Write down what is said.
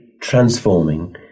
transforming